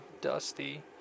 dusty